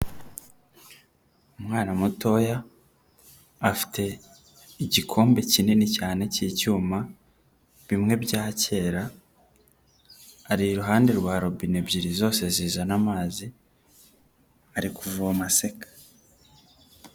Umwana mutoya afite igikombe kinini cyane cy'icyuma bimwe bya kera, ari iruhande rwa rubine ebyiri zose zizana amazi ari kuvoma aseka.